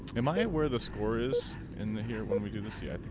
and money where the scorers in the year when we do this yeah